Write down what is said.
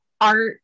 art